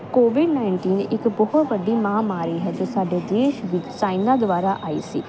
Covid nineteen ਇੱਕ ਬਹੁਤ ਵੱਡੀ ਮਹਾਮਾਰੀ ਹੈ ਜੋ ਸਾਡੇ ਦੇਸ਼ ਵਿੱਚ ਚਾਈਨਾ ਦੁਆਰਾ ਆਈ ਸੀ